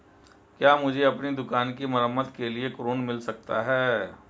क्या मुझे अपनी दुकान की मरम्मत के लिए ऋण मिल सकता है?